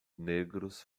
negros